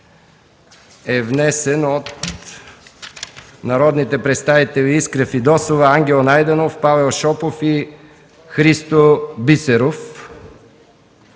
е внесен от народните представители Искра Фидосова, Ангел Найденов, Павел Шопов и Христо Бисеров.